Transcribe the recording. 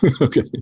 Okay